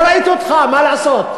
אני לא ראיתי אותך, מה לעשות.